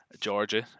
georgia